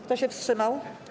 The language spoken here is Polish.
Kto się wstrzymał?